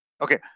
Okay